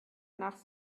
nach